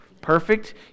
Perfect